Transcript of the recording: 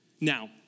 Now